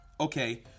Okay